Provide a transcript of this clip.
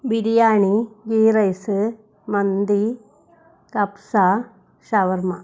biryani ghee rice മന്തി കബ്സ ഷവർമ്മ